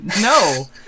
no